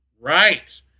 Right